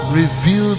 revealed